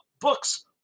books